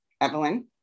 Evelyn